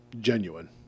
genuine